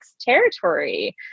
territory